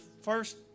first